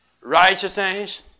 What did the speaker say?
righteousness